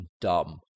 dumb